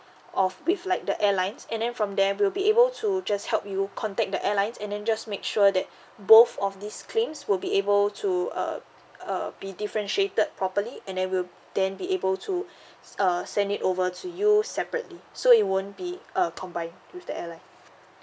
of with like the airlines and then from there we'll be able to just help you contact the airlines and then just make sure that both of these claims would be able to uh uh be differentiated properly and then we'll then be able to uh send it over to you separately so it won't be a combined with the airline